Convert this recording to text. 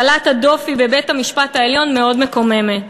הטלת הדופי בבית-המשפט העליון מאוד מקוממת.